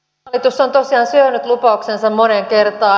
hallitus on tosiaan syönyt lupauksensa moneen kertaan